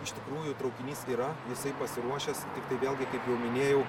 iš tikrųjų traukinys yra jisai pasiruošęs tiktai vėlgi kaip jau minėjau